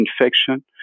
infection